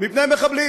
מפני מחבלים.